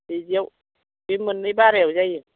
बिदियाव बे मोननै बारायाव जायो